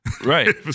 Right